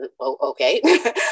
okay